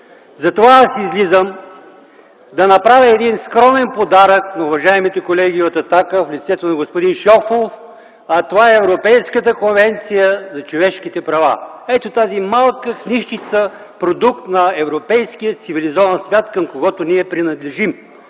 Затова аз излизам да направя един скромен подарък на уважаемите колеги от „Атака” в лицето на господин Шопов, а това е Европейската конвенция за човешките права! Ето тази малка книжчица (показва) – продукт на европейския цивилизован свят, към когото ние принадлежим.